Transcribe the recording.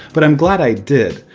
but i'm glad i did,